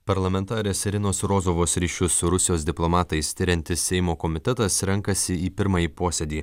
parlamentarės irinos rozovos ryšius su rusijos diplomatais tiriantis seimo komitetas renkasi į pirmąjį posėdį